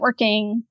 networking